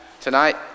Tonight